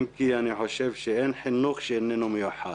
אם כי אני חושב שאין חינוך שאיננו מיוחד.